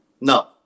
No